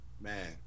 Man